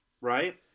right